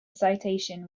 citation